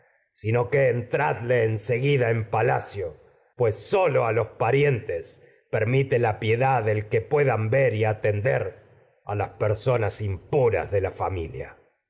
sino que entradle en seguida en palacio pues sólo a los pa rientes permite la piedad el que puedan ver y atender a las personas impuras de la familia